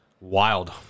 Wild